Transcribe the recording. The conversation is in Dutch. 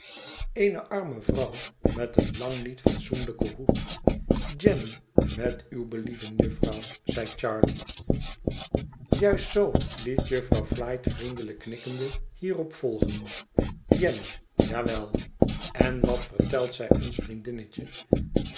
eene arme vrouw met een lang niet fatsoenlijken hoed jenny met uw believen jufvrouw zeide charley juist zoo liet jufvrouw flite vriendelijk knikkende hierop volgen jenny ja wel en wat vertelt zij ons vriendinnetje